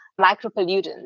micropollutants